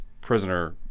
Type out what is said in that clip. prisoner